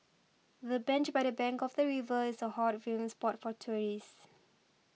the bench by the bank of the river is a hot viewing spot for tourists